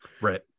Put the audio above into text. Right